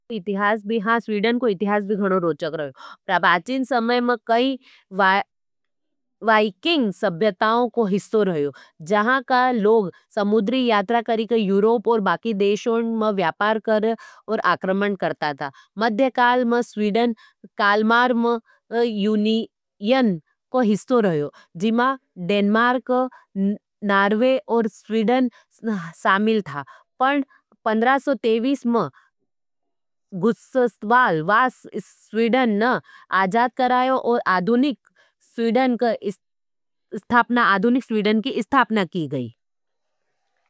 इतिहास भी, हाँ स्वीडन को इतिहास भी गणो रोचक रयो। प्रापाचिन समय में कई वाइकिंग सभ्यताओं को हिस्सा रहयो। जहां का लोग समुद्री यात्रा करी के यूरोप और बाकी देशों में व्यापार कर और आक्रमण करता था। मध्यकाल में स्वीडन कालमार में यूनियन को हिस्सों रहे था। जिमां डेन्मार्क, नार्वे और स्वीडन शामिल था। पण पंद्रह सौ तहविस में गुशस्वाल, वास स्वीडन न आजाद करायों और आधुनिक स्वीडन आधुनिक स्वीडन की स्थापना की गई।